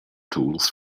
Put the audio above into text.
tools